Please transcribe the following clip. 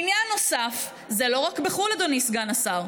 עניין נוסף: זה לא רק בחו"ל, אדוני סגן השר.